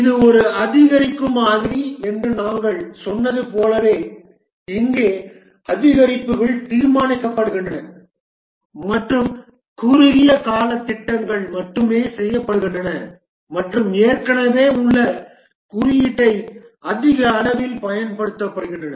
இது ஒரு அதிகரிக்கும் மாதிரி என்று நாங்கள் சொன்னது போலவே இங்கே அதிகரிப்புகள் தீர்மானிக்கப்படுகின்றன மற்றும் குறுகிய கால திட்டங்கள் மட்டுமே செய்யப்படுகின்றன மற்றும் ஏற்கனவே உள்ள குறியீட்டை அதிக அளவில் பயன்படுத்துகின்றன